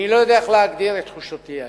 אני לא יודע איך להגדיר את תחושתי היום,